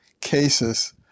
cases